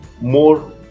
more